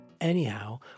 Anyhow